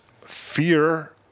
fear